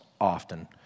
often